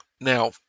Now